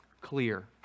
clear